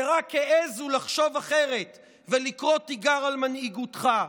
שרק העזו לחשוב אחרת ולקרוא תיגר על מנהיגותך.